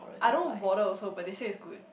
I don't bother also they say is good